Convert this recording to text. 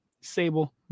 Sable